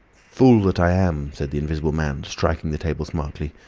fool that i am! said the invisible man, striking the table smartly.